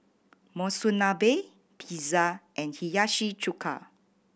Monsunabe Pizza and Hiyashi Chuka